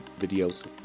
videos